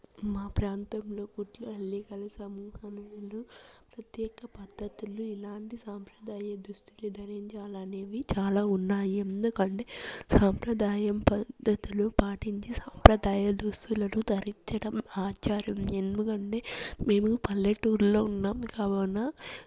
మా ప్రాంతంలో కుట్లు అల్లికల సమూహంలో ప్రత్యేక పద్ధతులు ఇలాంటి సాంప్రదాయాల దుస్తులే ధరించాలనేవి చాలా ఉన్నాయి ఎందుకంటే సాంప్రదాయం పద్ధతులు పాటించే సాంప్రదాయ దుస్తులను ధరించడం ఆచారం ఎందుకంటే మేము పల్లెటూరులో ఉన్నాం కావున